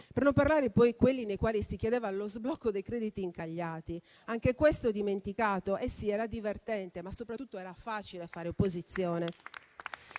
Per non parlare poi di quelli nei quali si chiedeva lo sblocco dei crediti incagliati. Anche questo è dimenticato? Era divertente, ma soprattutto era facile fare opposizione.